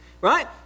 right